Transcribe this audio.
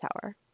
tower